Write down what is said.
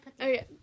Okay